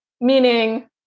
meaning